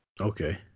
Okay